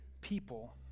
people